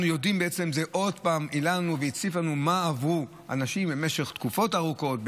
זה עוד פעם העלה לנו והציף לנו מה עברו אנשים במשך תקופות ארוכות,